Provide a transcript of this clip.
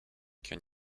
can